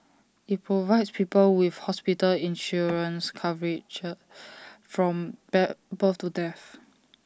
IT provides people with hospital insurance cover from bear both to death